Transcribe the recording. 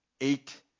Eight